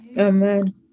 Amen